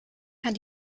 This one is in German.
kann